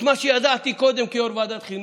את מה שידעתי קודם כיו"ר ועדת חינוך: